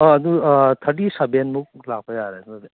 ꯑꯥ ꯑꯗꯨ ꯊꯥꯔꯇꯤ ꯁꯕꯦꯟꯃꯨꯛ ꯂꯥꯛꯄ ꯌꯥꯔꯅꯤ ꯑꯗꯨꯗꯤ